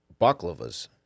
baklavas